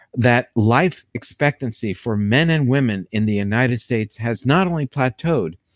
that life expectancy for men and women in the united states has not only plateaued,